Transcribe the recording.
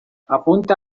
apunta